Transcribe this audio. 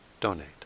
donate